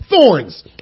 thorns